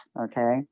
Okay